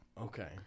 Okay